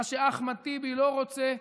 מה שאחמד טיבי לא רוצה,